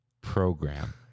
program